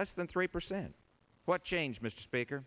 less than three percent what changed mr speaker